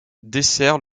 dessert